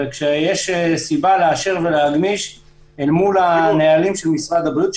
כשיש סיבה לאשר ולהגמיש אל מול הנהלים של משרד הבריאות,